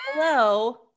hello